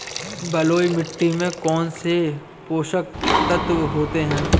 बलुई मिट्टी में कौनसे पोषक तत्व होते हैं?